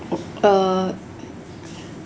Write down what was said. uh